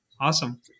Awesome